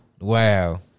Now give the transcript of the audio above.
Wow